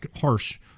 harsh